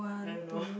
I don't know